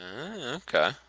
Okay